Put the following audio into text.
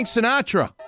Sinatra